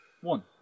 One